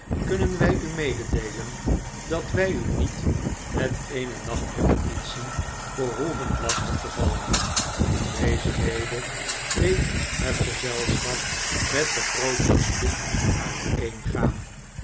kunnen wij u meedeelen dat wij u niet met eene nacht repetitie behoeven lastig te vail en deze rede deed het gezelschap met den grootsten spoed uiteengaan